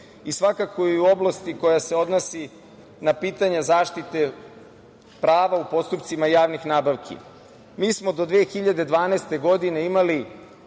i svakako i u oblasti koja se odnosi na pitanja zaštite prava u postupcima javnih nabavki. Mi smo do 2012. godine imali